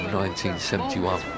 1971